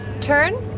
turn